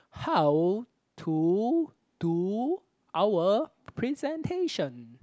how to do our presentation